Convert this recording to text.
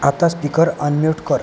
आता speaker unmute कर